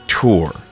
tour